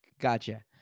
Gotcha